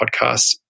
podcast